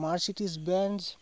Mercedes Benz